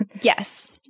Yes